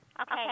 Okay